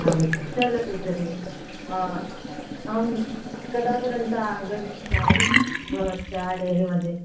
आं चलतु तर्हि अहं कदा पर्यन्तम् आगमिष्यामि भवत्याः डेरि मध्ये